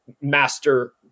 master